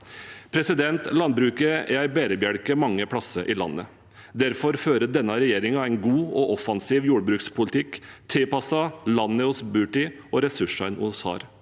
Landbruket er en bærebjelke mange steder i landet. Derfor fører denne regjeringen en god og offensiv jordbrukspolitikk tilpasset landet vi bor i, og ressursene vi har